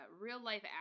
real-life